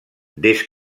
des